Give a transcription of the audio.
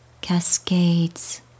cascades